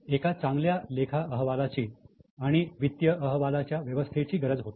एका चांगल्या लेखा अहवाल आणि वित्तीय अहवालाच्या व्यवस्थेची गरज होती